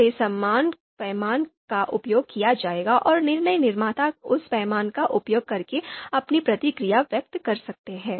फिर से समान पैमाने का उपयोग किया जाएगा और निर्णय निर्माता उस पैमाने का उपयोग करके अपनी प्रतिक्रिया व्यक्त कर सकते हैं